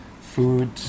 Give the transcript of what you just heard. food